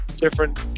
different